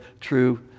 true